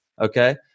Okay